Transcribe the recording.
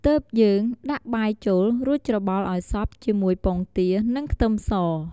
ទើបយើងដាក់បាយចូល រួចច្របល់ឱ្យសព្វជាមួយពងទា និងខ្ទឹមស។